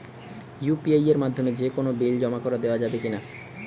UPI এর মাধ্যমে যে কোনো বিল জমা দেওয়া যাবে কি না?